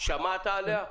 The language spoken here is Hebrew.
שמעת עליה?